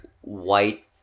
white